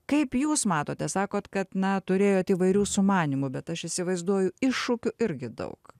kaip jūs matote sakot kad na turėjot įvairių sumanymų bet aš įsivaizduoju iššūkių irgi daug